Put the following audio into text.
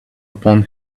upon